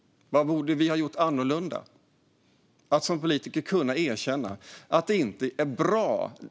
Vad borde vi ha gjort annorlunda? Som politiker måste man kunna erkänna att något inte är bra.